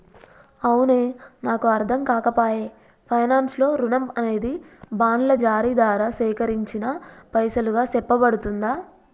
అవునే నాకు అర్ధంకాక పాయె పైనాన్స్ లో రుణం అనేది బాండ్ల జారీ దారా సేకరించిన పైసలుగా సెప్పబడుతుందా